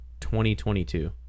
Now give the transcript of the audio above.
2022